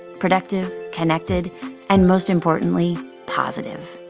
productive, connected and most importantly positive.